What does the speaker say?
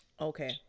Okay